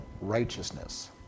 righteousness